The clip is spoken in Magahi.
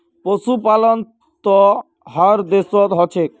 पशुपालन त हर देशत ह छेक